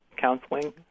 counseling